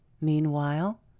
Meanwhile